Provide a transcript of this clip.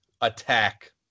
attack